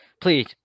Please